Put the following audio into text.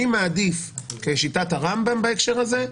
אני מעדיף, כשיטת הרמב"ם בהקשר הזה,